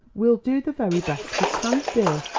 we'll do the very best we can, dear,